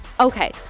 Okay